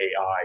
AI